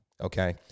okay